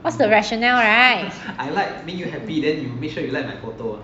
what's the rationale right